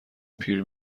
پیر